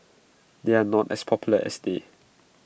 they are not as popular as they